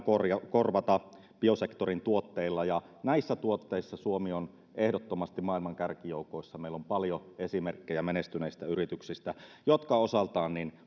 korvata korvata biosektorin tuotteilla ja näissä tuotteissa suomi on ehdottomasti maailman kärkijoukoissa meillä on paljon esimerkkejä menestyneistä yrityksistä jotka osaltaan